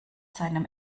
seinem